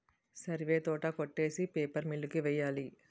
సరివే తోట కొట్టేసి paper mill కి వెయ్యాలి